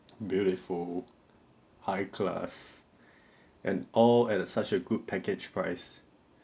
beautiful high class and all at such a good package price